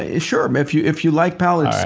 ah ah sure. if you if you like, pal, yeah